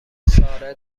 ساره